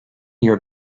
your